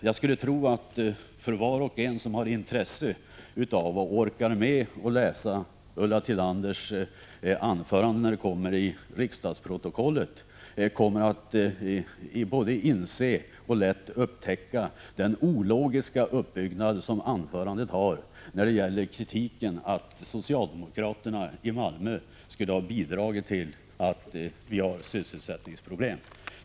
Jag skulle tro att var och en som har intresse av och orkar läsa Ulla Tillanders anförande i riksdagsprotokollet kommer att upptäcka den ologiska uppbyggnaden av anförandet när det gäller kritiken mot socialdemokraterna i Malmö för att de skulle ha bidragit till sysselsättningsproblemen.